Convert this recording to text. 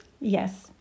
Yes